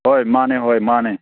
ꯍꯣꯏ ꯃꯥꯟꯅꯦ ꯍꯣꯏ ꯃꯥꯟꯅꯦ